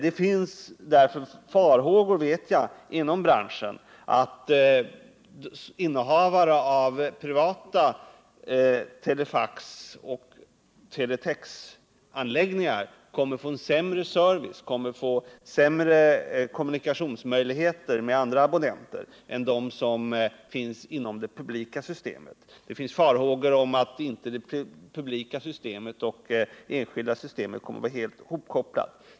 Jag vet att det inom branschen finns farhågor för att innehavare av privata telefaxoch teletexanläggningar kommer att få en sämre service och sämre möjligheter till kommunikation med andra abonnenter än dem som finns inom det publika systemet. Det finns farhågor för att det publika systemet och det enskilda systemet inte kommer att vara helt hopkopplade.